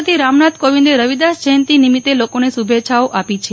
રાષ્ટ્રપતિ રામનાથ કોવિંદે રવિદાસ જયંતી નિમીત્તે લોકોને શુભેચ્છાઓ આપી છે